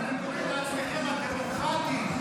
איך אתם קוראים לעצמכם הדמוקרטים?